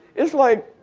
it's like,